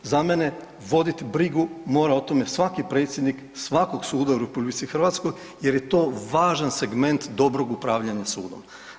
Za mene vodit brigu mora o tome svaki predsjednik svakog suda u RH jer je to važan segment dobrog upravljanja sudom.